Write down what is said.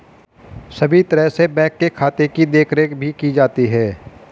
सभी तरह से बैंक के खाते की देखरेख भी की जाती है